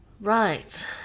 right